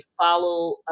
follow